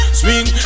swing